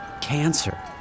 cancer